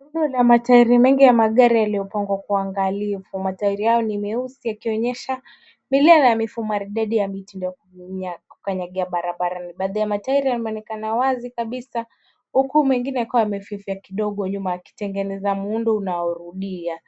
Rundo la matairi mengi ya magari yaliyopangwa kwa uangalifu. Matairi hayo ni meusi yakionyesha milia na mifumo maridadi ya mitindo ya kukanyagia barabarani. Baadhi ya matairi yameonekana wazi kabisa, huku mengine yakiwa yamefifia kidogo nyuma, yakitengene za muundo unaorudia.